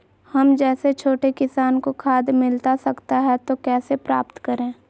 हम जैसे छोटे किसान को खाद मिलता सकता है तो कैसे प्राप्त करें?